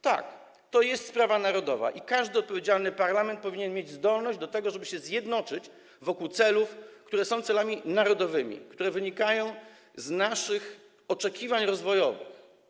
Tak, to jest sprawa narodowa i każdy odpowiedzialny parlament powinien mieć zdolność do tego, żeby zjednoczyć się wokół celów, które są celami narodowymi, które wynikają z naszych oczekiwań rozwojowych.